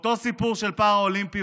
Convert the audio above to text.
ואותו סיפור על פראלימפיים,